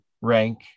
rank